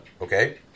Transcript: okay